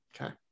Okay